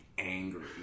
angry